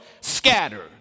scattered